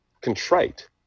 contrite